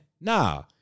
Nah